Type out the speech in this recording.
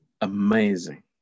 amazing